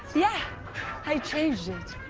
yeah i changed it.